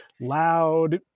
loud